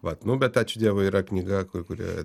vat nu bet ačiū dievui yra knyga kur kurią